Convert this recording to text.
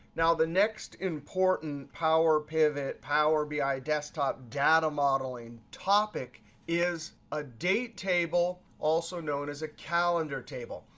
now, the next important power pivot power bi desktop data modeling topic is a date table, also known as a calendar table.